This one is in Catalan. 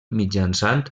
mitjançant